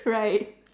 right